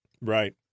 Right